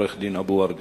עורך-דין אבו-ורדה.